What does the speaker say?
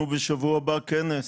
בשבוע הבא יש לנו כנס.